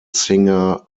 singer